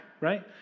right